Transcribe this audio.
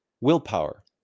willpower